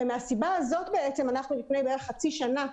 ומהסיבה הזאת בעצם אנחנו לפני בערך חצי שנה,